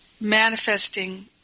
manifesting